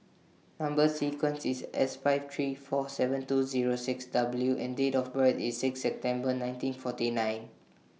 Number sequence IS S five three four seven two Zero six W and Date of birth IS six September nineteen forty nine